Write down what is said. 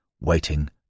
waiting